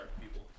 people